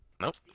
Nope